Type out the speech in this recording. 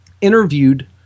interviewed